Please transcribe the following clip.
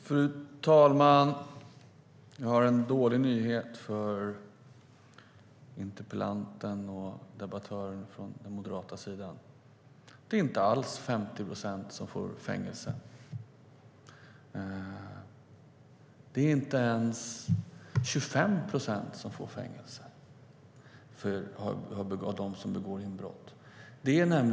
Fru talman! Jag har en dålig nyhet för interpellanten och debattörerna från den moderata sidan: Det är inte alls 50 procent som får fängelse. Det är inte ens 25 procent som får fängelse av dem som begår inbrott.